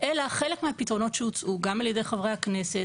אלא חלק מהפתרונות שהוצעו גם על ידי חברי הכנסת,